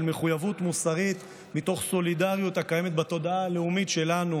מחויבות מוסרית מתוך סולידריות הקיימת בתודעה הלאומית שלנו: